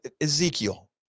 Ezekiel